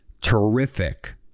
terrific